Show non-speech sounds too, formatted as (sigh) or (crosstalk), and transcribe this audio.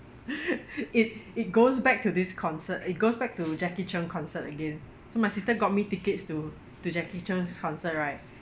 (laughs) it it goes back to this concert it goes back to jacky cheung concert again so my sister got me tickets to to jacky cheung's concert right